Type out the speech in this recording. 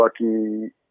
lucky